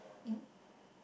in